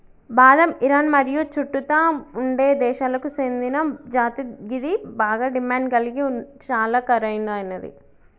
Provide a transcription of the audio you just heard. బాదం ఇరాన్ మరియు చుట్టుతా ఉండే దేశాలకు సేందిన జాతి గిది బాగ డిమాండ్ గలిగి చాలా ఖరీదైనది